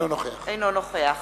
אינו נוכח